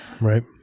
right